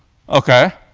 ok.